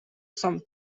some